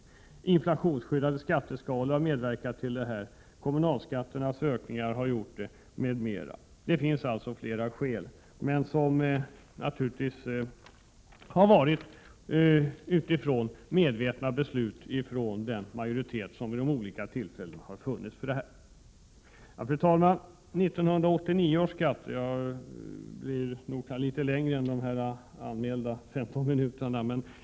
Den inflationsskyddade skatteskalan har också medverkat till detta liksom ökningar av de kommunala skatterna m.m. Det finns alltså flera skäl till detta, men det har skett utifrån medvetna beslut av den majoritet som vid olika tillfällen har funnits för dessa beslut. Fru talman! Jag kommer nog att tala litet längre än min anmälda taletid på 15 minuter.